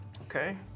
Okay